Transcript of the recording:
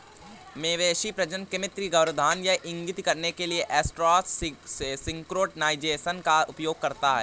मवेशी प्रजनन कृत्रिम गर्भाधान यह इंगित करने के लिए एस्ट्रस सिंक्रोनाइज़ेशन का उपयोग करता है